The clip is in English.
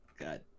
God